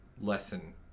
lesson